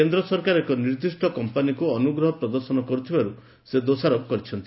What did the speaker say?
କେନ୍ଦ୍ର ସରକାର ଏକ ନିର୍ଦ୍ଦିଷ୍ଟ କମ୍ପାନୀକୁ ଅନୁଗ୍ରହ ପ୍ରଦର୍ଶନ କରୁଥିବାର ସେ ଦୋଷାରୋପ କରିଛନ୍ତି